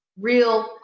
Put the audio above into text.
real